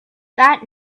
that